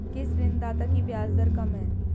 किस ऋणदाता की ब्याज दर कम है?